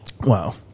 Wow